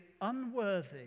unworthy